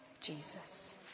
Jesus